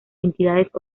entidades